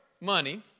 money